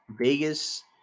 Vegas